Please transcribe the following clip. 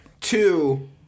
Two